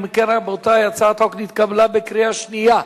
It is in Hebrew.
אם כן, רבותי, הצעת החוק נתקבלה בקריאה שנייה.